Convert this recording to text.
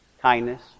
kindness